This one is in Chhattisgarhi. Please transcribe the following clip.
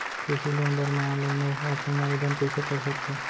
कृषि लोन बर मैं ऑनलाइन अऊ ऑफलाइन आवेदन कइसे कर सकथव?